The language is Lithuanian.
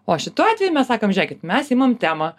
o šitu atveju mes sakom žiūrėkit mes imam temą